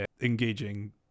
engaging